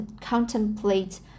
contemplate